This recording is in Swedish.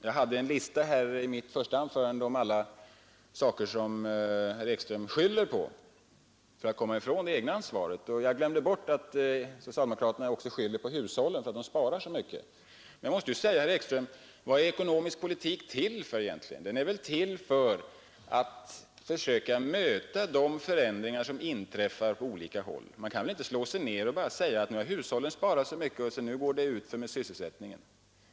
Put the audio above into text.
Jag hade i mitt första anförande en lista över alla orsaker som herr Ekström skyller på för att komma ifrån det egna ansvaret, men jag glömde att socialdemokraterna också skyller på hushållen därför att de sparar så mycket. Jag måste emellertid fråga herr Ekström: Vad är ekonomisk politik till för egentligen? Är den inte till för att försöka möta de förändringar som inträffar på olika håll? Man kan väl inte bara slå sig ned och säga att nu har hushållen sparat så mycket, så nu går det utför med sysselsättningen.